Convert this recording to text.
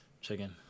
chicken